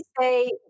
say